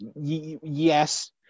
Yes